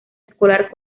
escolar